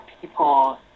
people